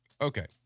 okay